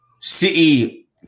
City